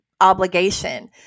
obligation